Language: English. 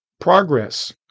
Progress